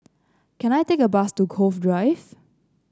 can I take a bus to Cove Drive